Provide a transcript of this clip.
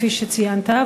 כפי שציינת,